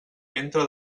ventre